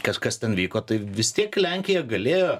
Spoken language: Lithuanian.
kas kas ten vyko tai vis tiek lenkija galėjo